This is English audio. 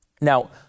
Now